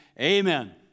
Amen